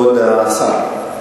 כבוד השר,